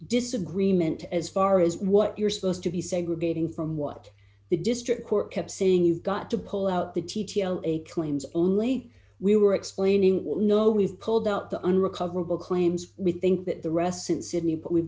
disagreement as far as what you're supposed to be segregating from what the district court kept saying you've got to pull out the t t l a claims only we were explaining will know we've pulled out the unrecoverable claims we think that the rests in sydney but we've